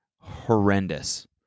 Horrendous